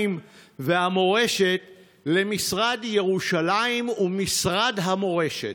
והמורשת למשרד ירושלים ומשרד המורשת,